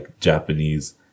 Japanese